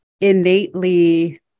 innately